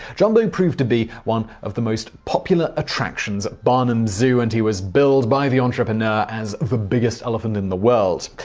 jumbo proved to be one of the most popular attractions at barnum's zoo and he was billed by the entrepreneur as the biggest elephant in the world.